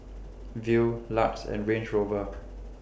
Viu LUX and Range Rover